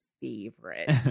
favorite